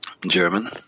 German